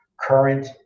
current